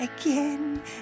again